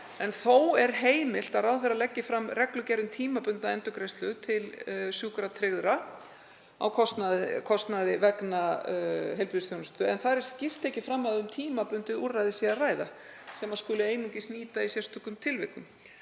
en þó er heimilt að ráðherra leggi fram reglugerð um tímabundna endurgreiðslu til sjúkratryggðra á kostnaði vegna heilbrigðisþjónustu. Þar er skýrt tekið fram að um tímabundið úrræði sé að ræða sem skuli einungis nýta í sérstökum tilvikum.